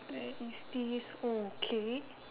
there is this okay